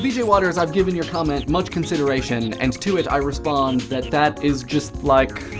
bjwaters, i've given your comment much consideration, and to it i respond that that is just, like,